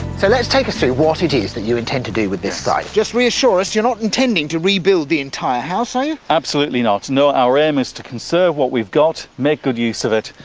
so let's take us through what it is that you intend to do with this site, just reassure us you're not intending to rebuild the entire house! absolutely not, no, our aim is to conserve what we've got, make good use of it,